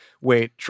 wait